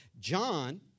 john